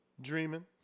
dreaming